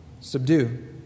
Subdue